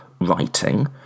writing